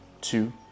two